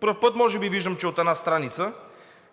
пръв път може би, виждам, че е от една страница